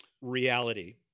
reality